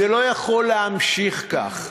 זה לא יכול להמשיך כך,